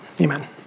amen